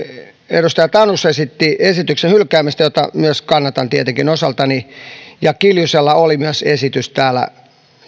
edustaja tanus esitti esityksen hylkäämistä jota tietenkin myös kannatan osaltani kiljusella oli myös esitys täällä